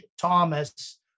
Thomas